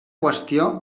qüestió